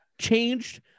changed